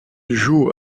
joue